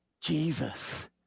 Jesus